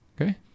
Okay